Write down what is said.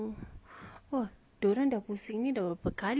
!wah! dia orang dah pusing sini berapa kali